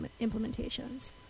implementations